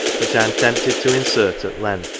which i am tempted to insert at length,